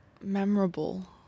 Memorable